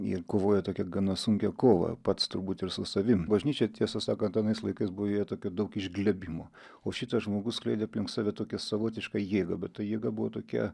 ir kovojo tokią gana sunkią kovą pats turbūt ir su savim bažnyčia tiesą sakant anais laikais buvo joje tokio daug išglebimo o šitas žmogus skleidė aplink save tokią savotišką jėgą bet ta jėga buvo tokia